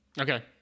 Okay